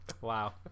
Wow